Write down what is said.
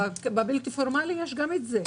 בבלתי פורמלי יש גם את זה.